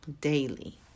daily